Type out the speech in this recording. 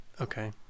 okay